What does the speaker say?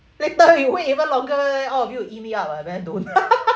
later you wait even longer all of you will eat me up ah then don't